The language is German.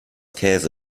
käse